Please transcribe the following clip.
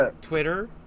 Twitter